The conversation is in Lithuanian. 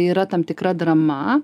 yra tam tikra drama